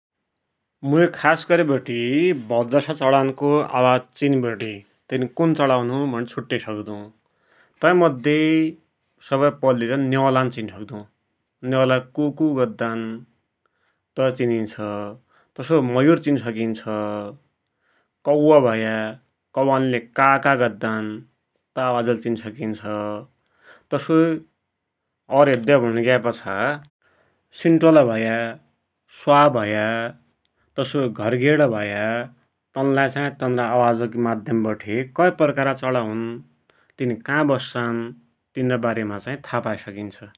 मुइ खास गरिबटे भौत जसा चडानको आवाज चिनिबटे तिन कुन चडा हुन् भुणि छुटे सक्दु । तै मध्ये सपहै पैल्ली न्यौलान चिनी सक्दु। न्युला कु कु गद्दान तै चिनिन्छ । तसोई मयुर चिनी सकिन्छ, कौवा भया, कौवान्ले का का गद्दान, तै आवाज ले चिनी सकिन्छा। तसोई सिण्टला भया, स्वा भया, तसोई घरगेडा भया, तनलाई चाहि तनरि आवाजका माध्यमबठे कै प्रकारका चडा हुन् तिन का बस्सान, तिनारा बारेमा चाहि था पाई सकिन्छ ।